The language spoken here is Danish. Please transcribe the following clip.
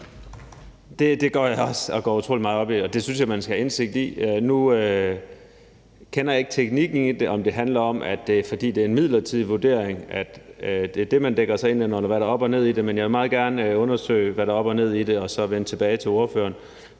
Det går jeg også utrolig meget op i, og det synes jeg man skal have indsigt i. Nu kender jeg ikke teknikken i det, altså om det handler om, at det er, fordi det er en midlertidig vurdering, og at man dækker sig ind under det, eller hvad der er op og ned i det. Men jeg vil meget gerne undersøge, hvad der er op og ned i det, og så vende tilbage til ordføreren.